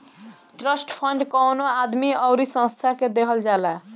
trust fund कवनो आदमी अउरी संस्था के देहल जाला